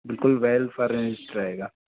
बिल्कुल well furnished रहेगा